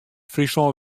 fryslân